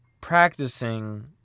practicing